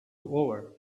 over